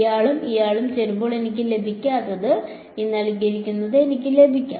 ഇയാളും ഇയാളും ചേരുമ്പോൾ എനിക്ക് ലഭിക്കാത്തത് എനിക്ക് ലഭിക്കും